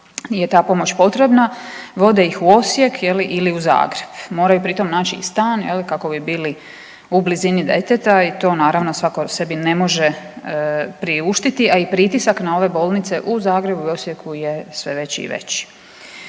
je ta pomoć potrebna vode ih u Osijek je li ili u Zagreb. Moraju pritom naći i stan kako bi bili u blizini djeteta i to naravno svako sebi ne može priuštiti, a i pritisak na ove bolnice u Zagrebu i Osijeku je sve veći i veći.